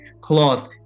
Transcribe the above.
cloth